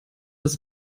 das